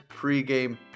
pregame